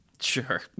Sure